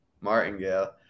Martingale